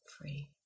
free